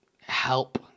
help